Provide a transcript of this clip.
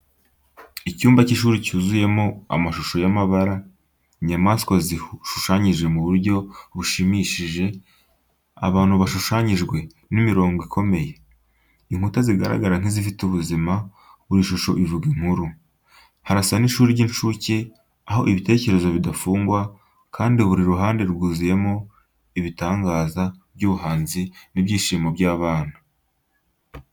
Icyumba cy'ishuri cyuzuyemo amashusho y’amabara, inyamaswa zishushanyije mu buryo bushimishije, abantu bashushanyijwe n’imirongo ikomeye. Inkuta zigaragara nk’izifite ubuzima, buri shusho ivuga inkuru. Harasa n'ishuri ry’incuke, aho ibitekerezo bidafungwa kandi buri ruhande rwuzuyemo ibitangaza by’ubuhanzi n’ibyishimo by’abana.